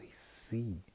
see